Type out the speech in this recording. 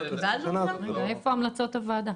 איפה המלצות הוועדה?